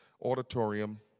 auditorium